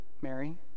Mary